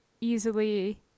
easily